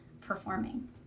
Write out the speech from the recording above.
performing